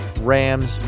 Rams